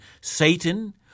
Satan